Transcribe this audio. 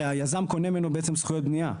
הרי, היזם קונה ממנו בעצם זכויות בנייה.